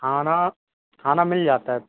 खाना खाना मिल जाता है